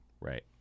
Right